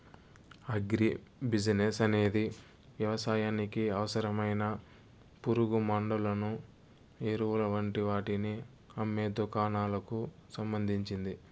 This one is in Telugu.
అగ్రి బిసినెస్ అనేది వ్యవసాయానికి అవసరమైన పురుగుమండులను, ఎరువులు వంటి వాటిని అమ్మే దుకాణాలకు సంబంధించింది